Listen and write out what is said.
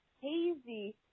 hazy